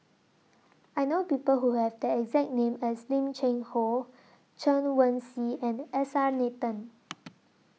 I know People Who Have The exact name as Lim Cheng Hoe Chen Wen Hsi and S R Nathan